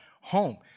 home